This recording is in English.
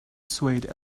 swayed